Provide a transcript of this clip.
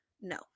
No